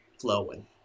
flowing